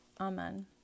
Amen